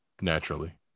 naturally